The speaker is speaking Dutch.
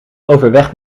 overweg